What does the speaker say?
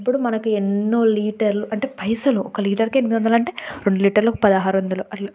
అప్పుడు మనకి ఎన్నో లీటర్లు అంటే పైసలు ఒక లీటర్కి ఎనిమిది వందలు అంటే రెండు లీటర్లకు పదహారు వందలు అట్ల